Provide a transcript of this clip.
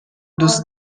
دوست